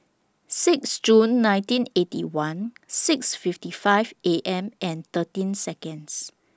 six June nineteen Eighty One six fifty five A M and thirteen Seconds